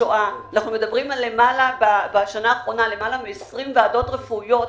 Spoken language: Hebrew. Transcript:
אנחנו עוסקים בעניין של העברת הרשות לזכויות ניצולי השואה למשרד לשוויון